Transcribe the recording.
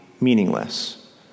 meaningless